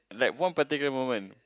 like one particular moment